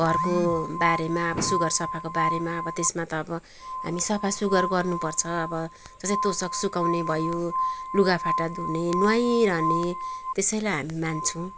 घरको बारेमा सुग्घर सफाकोबारेमा अब त्यसमा त अब हामी सफा सुग्घर गर्नुपर्छ अब जस्तै तोसक सुकाउने भयो लुगाफाटा धुने नुवाइरहने त्यसैलाई हामी मान्छौँ